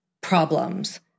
problems